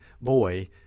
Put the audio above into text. boy